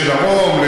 לכביש 6 דרום?